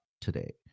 today